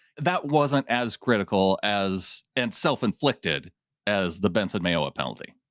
that wasn't as critical as, and self-inflicted as the benson mayo ah penalty.